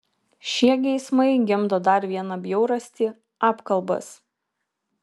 šie geismai gimdo dar vieną bjaurastį apkalbas